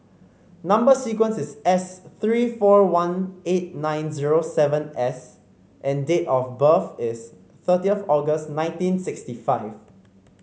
number sequence is S three four one eight nine zero seven S and date of birth is thirtieth August nineteen sixty five